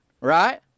right